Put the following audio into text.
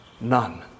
None